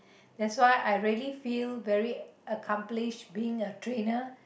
that's why I really feel very accomplished being a trainer